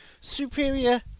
superior